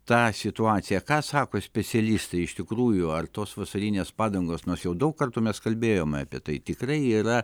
tą situaciją ką sako specialistai iš tikrųjų ar tos vasarinės padangos nors jau daug kartų mes kalbėjome apie tai tikrai yra